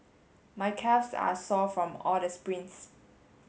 my calves are sore from all the sprints